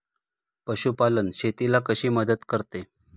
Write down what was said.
पशुपालन शेतीला कशी मदत करते?